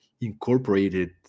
incorporated